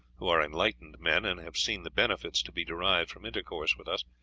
who are enlightened men, and have seen the benefits to be derived from intercourse with us.